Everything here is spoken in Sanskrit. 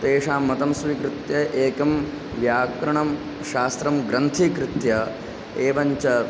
तेषां मतं स्वीकृत्य एकं व्याकरणशास्त्रं ग्रन्थीकृत्य एवञ्च